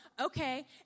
okay